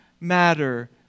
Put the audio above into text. matter